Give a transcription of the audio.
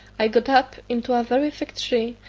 i got up into a very thick tree,